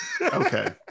Okay